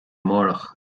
amárach